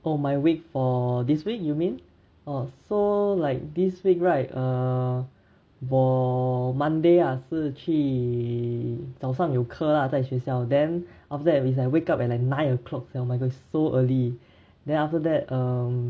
oh my week or this week you mean orh so like this week right err for monday ah 是去早上有课啦在学校 then after that is like wake up at like nine o'clock sia oh my god it's so early then after that um